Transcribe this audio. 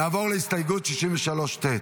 נעבור להסתייגות 63 ט'.